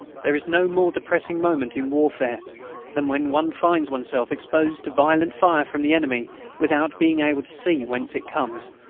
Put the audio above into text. there is no more depressing moment in warfare than when one finds oneself exposed to violent fire from the enemy without being able to see whence it comes,